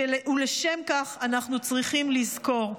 ולשם כך אנחנו צריכים לזכור.